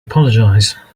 apologize